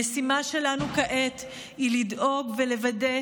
המשימה שלנו כעת היא לדאוג ולוודא